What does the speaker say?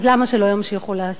אז למה שלא ימשיכו להסית?